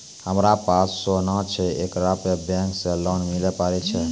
हमारा पास सोना छै येकरा पे बैंक से लोन मिले पारे छै?